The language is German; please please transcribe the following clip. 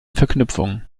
verknüpfungen